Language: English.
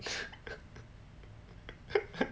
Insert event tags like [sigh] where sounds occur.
[laughs]